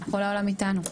כל העולם איתנו.